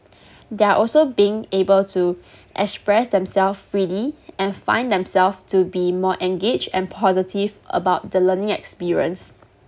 they are also being able to express themself freely and find themself to be more engaged and positive about the learning experience